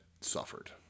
suffered